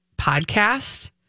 podcast